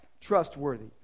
trustworthy